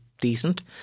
decent